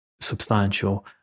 substantial